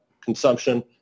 consumption